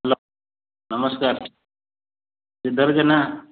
hello ନମସ୍କାର ଶ୍ରୀଧର ଜେନା